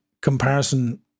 comparison